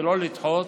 ולא לדחות.